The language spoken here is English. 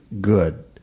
good